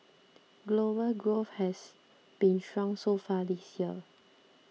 global growth has been strong so far this year